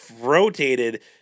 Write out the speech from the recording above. rotated